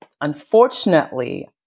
unfortunately